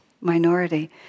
minority